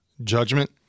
judgment